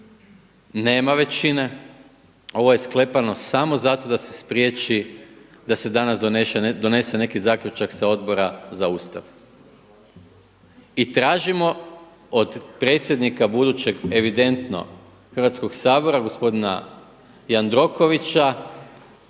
nema većine, ovo je sklepano samo zato da se spriječi, da se danas donese neki zaključak sa Odbora za Ustav. I tražimo od predsjednika budućeg, evidentno Hrvatskoga sabora, gospodina Jandrokovića